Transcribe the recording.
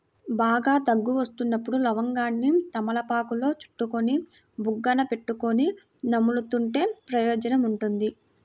బాగా దగ్గు వస్తున్నప్పుడు లవంగాన్ని తమలపాకులో చుట్టుకొని బుగ్గన పెట్టుకొని నములుతుంటే ప్రయోజనం ఉంటుంది